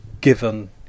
given